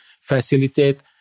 facilitate